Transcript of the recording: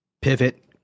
pivot